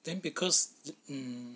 then because mm